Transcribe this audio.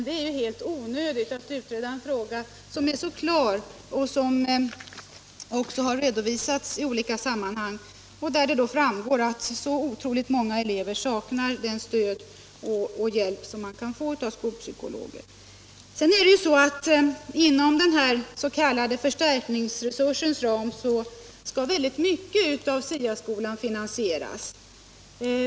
Det är dock helt onödigt att utreda en fråga som är så klar och som har redovisats i olika sammanhang och där det också framgår att otroligt många elever saknar det stöd och den hjälp som de skulle kunna få av en skolpsykolog. Det förhåller sig ju så att inom den s.k. förstärkningsresursens ram skall mycket av SIA-skolan finansieras.